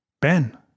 Ben